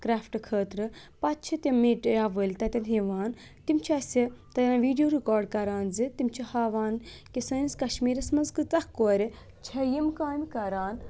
craft خٲطرٕ پَتہٕ چھِ تِمنٕے ٹیب وٲلۍ تَتٮ۪ن یِوان تِم چھِ اَسہِ تہٕ ویڈیو رِکاڈ کَران زِ تِم چھِ ہاوان کہِ سٲنِس کَشمیٖرَس منٛز کۭتاہ کورِ چھےٚ یِم کامہِ کَران